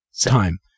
time